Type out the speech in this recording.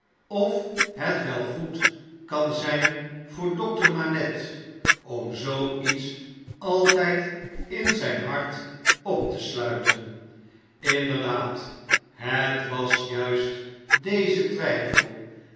of het wel goed kan zjjn voor dokter manette om zoo iets altijd in zijn hart op te sluiten inderdaad het was juist deze twijfel